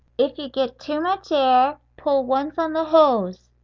if you get too much air, pull once on the hose,